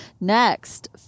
Next